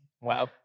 Wow